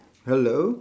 hello